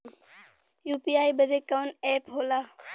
UPI बदे कवन app होला?